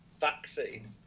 vaccine